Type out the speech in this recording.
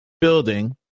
building